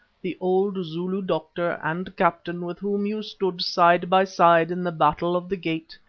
the old zulu doctor and captain with whom you stood side by side in the battle of the gate,